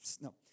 No